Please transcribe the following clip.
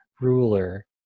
ruler